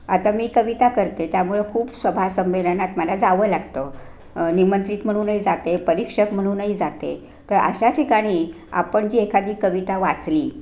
आता मी कविता करते त्यामुळे खूप सभा संमेलनात मला जावं लागतं निमंत्रित म्हणूनही जाते परीक्षक म्हणूनही जाते तर अशा ठिकाणी आपण जी एखादी कविता वाचली